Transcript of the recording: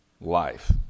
life